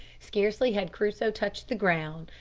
scarcely had crusoe touched the ground,